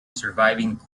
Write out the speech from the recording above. surviving